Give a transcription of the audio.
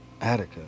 Attica